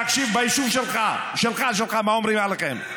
תקשיב ביישוב שלך, שלך, שלך, מה אומרים עליכם.